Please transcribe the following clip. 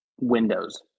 windows